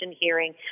hearing